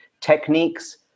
techniques